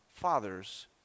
father's